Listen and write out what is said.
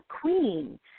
queen